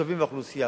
התושבים והאוכלוסייה.